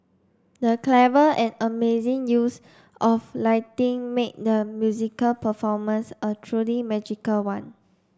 the clever and amazing use of lighting made the musical performance a truly magical one